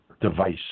device